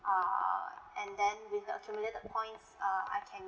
err and then with the accumulated points uh I can